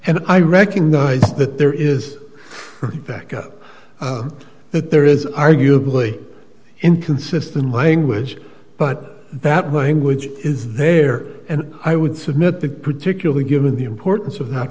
and i recognize that there is a back up that there is arguably inconsistent language but that which is there and i would submit that particularly given the importance of not